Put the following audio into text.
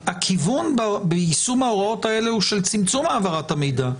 הכיוון ביישום ההוראות האלה הוא של צמצום העברת המידע.